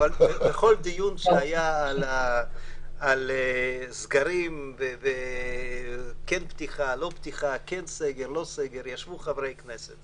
ובכל דיון שהיה על הסגרים ישבו חברי כנסת